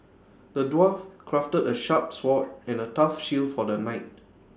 the dwarf crafted A sharp sword and A tough shield for the knight